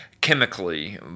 chemically